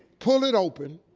pull it open,